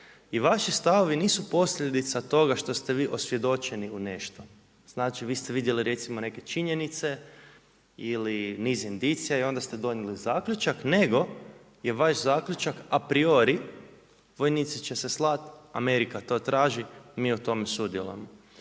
i vaši stavovi nisu posljedica toga što ste vi osvjedočeni u nešto. Znači, vi ste vidjeli recimo neke činjenice ili niz indicija i onda ste donijeli zaključak, nego je vaš zaključak a priori vojnici će se slat, Amerika to traži, mi u tome sudjelujemo.